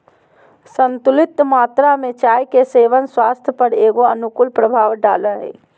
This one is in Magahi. संतुलित मात्रा में चाय के सेवन स्वास्थ्य पर एगो अनुकूल प्रभाव डालो हइ